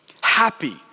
Happy